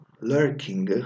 lurking